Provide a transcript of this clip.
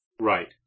Right